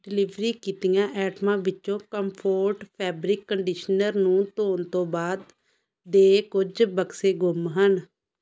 delivery ਕੀਤੀਆਂ ਐਟਮਾਂ ਵਿੱਚੋਂ ਕਮਫੋਰਟ ਫੈਬਰਿਕ ਕੰਡੀਸ਼ਨਰ ਨੂੰ ਧੋਣ ਤੋਂ ਬਾਅਦ ਦੇ ਕੁਝ ਬਕਸੇ ਗੁੰਮ ਹਨ